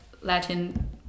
Latin